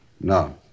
No